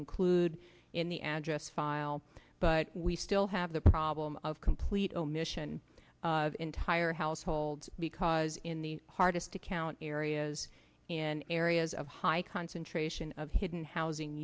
include in the address file but we still have the problem of complete omission of entire households because in the hardest account areas in areas of high concentration of hidden housing